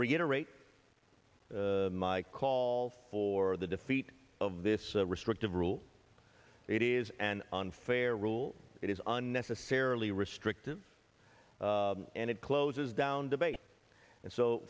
reiterate my call for the defeat of this restrictive rule it is an unfair rule it is unnecessarily restrictive and it closes down debate and so